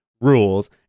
rules